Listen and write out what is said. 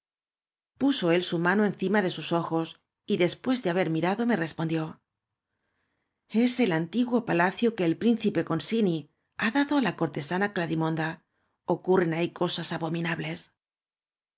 él su mano encima de sus ojos y des pués de haber mirado rae respondió rs el antiguo palacio que el príncipe concini ha dado ála cortesana glarimonda ocurren ahí cosas abominables